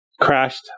crashed